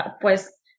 pues